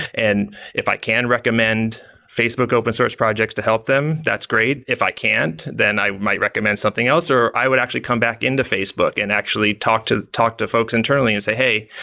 and if i can recommend facebook open source projects to help them, that's great. if i can't, then i might recommend something else, or i would actually come back into facebook and actually talk to talk to folks internally and say, hey,